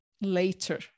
later